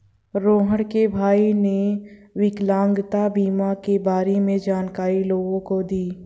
रोहण के भाई ने विकलांगता बीमा के बारे में जानकारी लोगों को दी